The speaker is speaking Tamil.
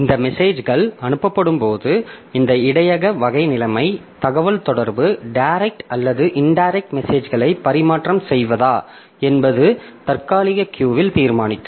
இந்த மெசேஜ்கள் அனுப்பப்படும்போது இந்த இடையக வகை நிலைமை தகவல்தொடர்பு டைரக்ட் அல்லது இன்டைரக்ட் மெசேஜ்களை பரிமாற்றம் செய்வதா என்பது தற்காலிக கியூவில் தீர்மானிக்கும்